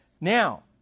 Now